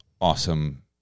awesome